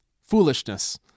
foolishness